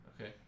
Okay